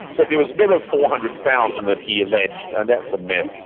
but there was never four hundred thousand that he alleged, and that's a myth.